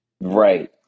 Right